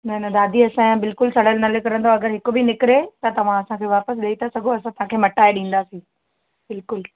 न न दादी असां जा बिल्कुलु सड़ियल न निकिरंदव अगरि हिकु बि निकिरे त तव्हां असांखे वापसि ॾेई था सघो असां तव्हांखे मटाए ॾींदासीं बिल्कुलु